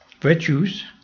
Virtues